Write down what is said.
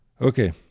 Okay